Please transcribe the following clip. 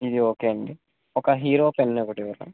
ఇవి ఓకే అండి ఒక హీరో పెన్ ఒకటి ఇవ్వరా